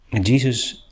Jesus